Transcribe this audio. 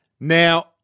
Now